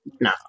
No